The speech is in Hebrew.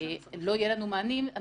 ולא יהיו לנו מענים,